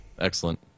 Excellent